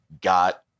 got